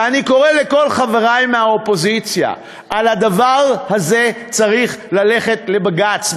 ואני קורא לכל חברי מהאופוזיציה: על הדבר הזה צריך ללכת לבג"ץ.